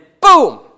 boom